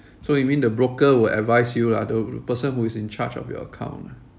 so you mean the broker will advise you lah the person who is in charge of your account